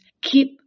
Keep